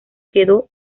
quedó